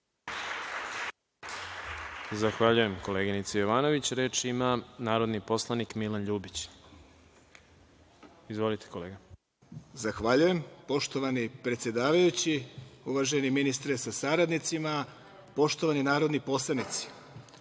Zahvaljujem koleginice Jovanović. Reč ima narodni poslanik Milan Ljubić. Izvolite. **Milan Ljubić** Zahvaljujem. Poštovani predsedavajući, uvaženi ministre sa saradnicima, poštovani narodni poslanici,